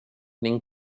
ning